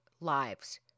lives